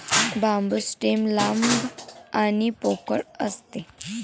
बांबू stem लांब आणि पोकळ असते